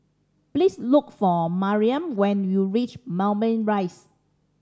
please look for Maryam when you reach Moulmein Rise